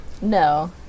No